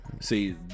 see